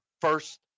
first